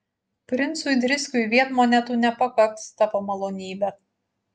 princui driskiui vien monetų nepakaks tavo malonybe